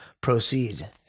proceed